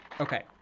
okay